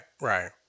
Right